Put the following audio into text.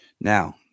Now